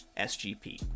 SGP